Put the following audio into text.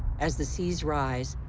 as the seas rise,